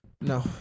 No